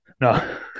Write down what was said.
No